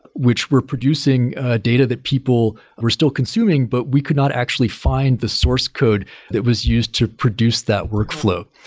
which we're producing data that people were still consuming, but we could not actually find the source code that was used to produce that workflow.